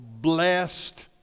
blessed